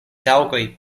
taŭgaj